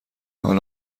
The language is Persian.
حال